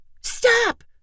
Stop